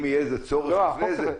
אם יהיה איזה צורך, לפני זה.